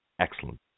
excellent